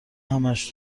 همش